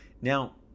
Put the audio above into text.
Now